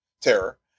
Terror